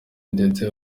ndetse